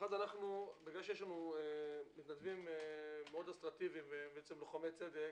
בגלל שיש לנו מתנדבים מאוד אסרטיביים, לוחמי צדק